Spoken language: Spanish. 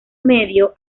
medio